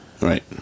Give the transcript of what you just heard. Right